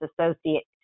associate